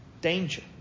danger